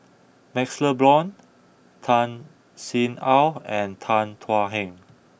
Maxle Blond Tan Sin Aun and Tan Thuan Heng